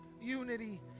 unity